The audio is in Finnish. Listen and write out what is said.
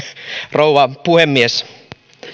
rouva puhemies